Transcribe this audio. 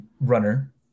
runner